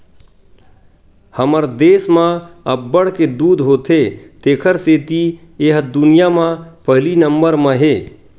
हमर देस म अब्बड़ के दूद होथे तेखर सेती ए ह दुनिया म पहिली नंबर म हे